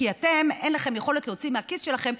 כי אין לכם יכולת להוציא מהכיס שלכם.